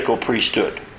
priesthood